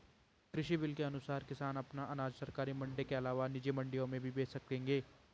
कृषि बिल के अनुसार किसान अपना अनाज सरकारी मंडी के अलावा निजी मंडियों में भी बेच सकेंगे